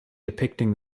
depicting